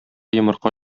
йомырка